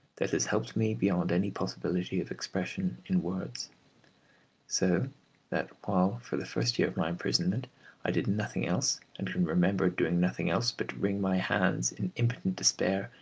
that has helped me beyond any possibility of expression in words so that while for the first year of my imprisonment i did nothing else, and can remember doing nothing else, but wring my hands in impotent despair,